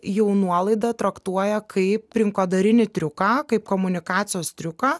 jau nuolaidą traktuoja kaip rinkodarinį triuką kaip komunikacijos triuką